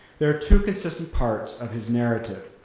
there are two consistent parts of his narrative,